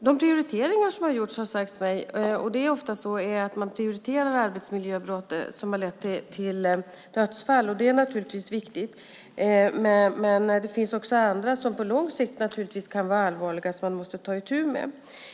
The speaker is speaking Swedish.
Det är ofta så att man prioriterar arbetsmiljöbrott som har lett till dödsfall, och det är naturligtvis viktigt, men det finns också andra som kan vara allvarliga på lång sikt och som man måste ta itu med.